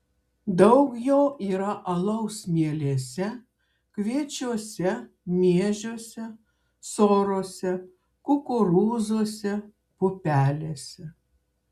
daug jo yra alaus mielėse kviečiuose miežiuose sorose kukurūzuose pupelėse